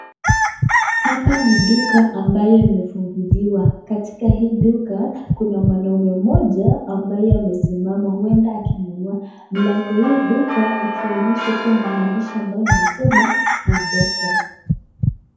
Hapa ni duka ambayo imefunguliwa. Katika hii duka, kuna mwanaume mmoja ambaye amesimama. Huenda akinunua. Mlango hii duka ikionyesha ikiwa na maandishi inayosema, M-Pesa.